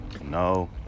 No